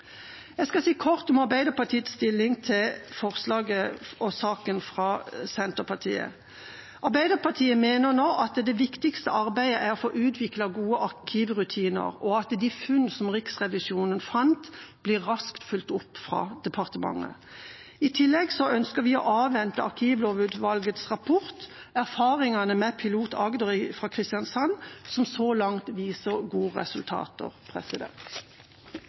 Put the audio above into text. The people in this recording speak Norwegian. Jeg skal si noe kort om Arbeiderpartiets stilling til forslaget og saken fra Senterpartiet. Arbeiderpartiet mener det viktigste arbeidet nå er å få utviklet gode arkivrutiner, og at de funn som Riksrevisjonen gjorde, raskt blir fulgt opp fra departementet. I tillegg ønsker vi å avvente Arkivlovutvalgets rapport og erfaringene med Pilot Agder fra Kristiansand, som så langt viser gode resultater.